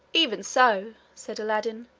even so, said aladdin,